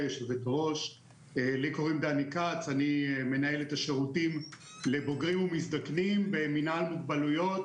אני מנהל את השירותים לבוגרים ומזדקנים במינהל מוגבלויות